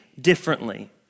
differently